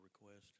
request